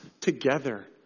together